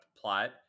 plot